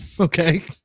Okay